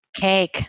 Cake